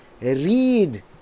read